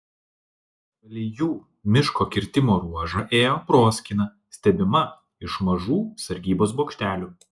palei jų miško kirtimo ruožą ėjo proskyna stebima iš mažų sargybos bokštelių